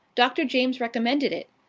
dr. james recommended it.